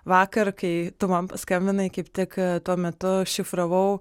vakar kai tu man paskambinai kaip tik tuo metu šifravau